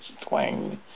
twang